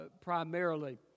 primarily